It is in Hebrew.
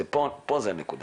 זה הנקודה.